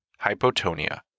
hypotonia